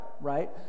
right